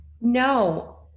No